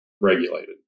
regulated